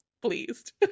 pleased